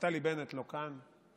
נפתלי בנט לא כאן,